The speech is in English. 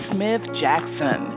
Smith-Jackson